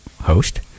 host